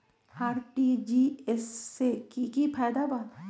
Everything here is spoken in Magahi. आर.टी.जी.एस से की की फायदा बा?